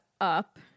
up